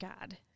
God